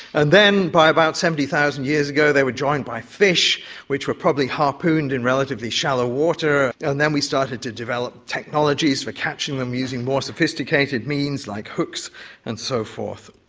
and then by about seventy thousand years ago they were joined by fish which were probably harpooned in relatively shallow water, and then we started to develop technologies for catching them using more sophisticated means like hooks and so forth.